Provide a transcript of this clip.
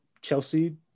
Chelsea